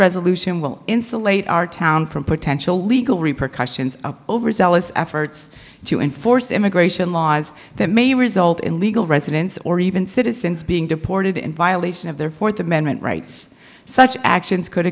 resolution will insulate our town from potential legal repercussions overzealous efforts to enforce immigration laws that may result in legal residents or even citizens being deported in violation of their fourth amendment rights such actions could